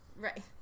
Right